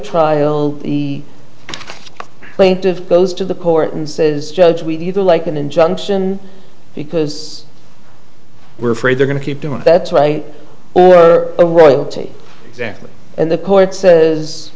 trial the plaintive goes to the court and says judge we either like an injunction because we're afraid they're going to keep doing that's right or a royalty exactly and the court says